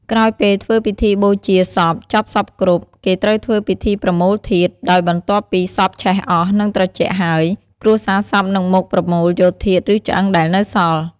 ក្រោយពេលធ្វើពិធីបូជាសពចប់សព្វគ្រប់ គេត្រូវធ្វើពិធីប្រមូលធាតុ ដោយបន្ទាប់ពីសពឆេះអស់ និងត្រជាក់ហើយ គ្រួសារសពនឹងមកប្រមូលយកធាតុ ឬឆ្អឹងដែលនៅសល់។